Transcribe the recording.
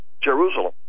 Jerusalem